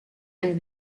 and